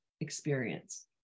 experience